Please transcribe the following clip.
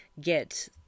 get